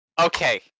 Okay